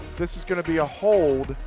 this is going to be a hold.